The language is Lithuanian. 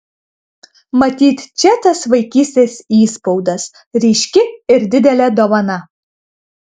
matyt čia tas vaikystės įspaudas ryški ir didelė dovana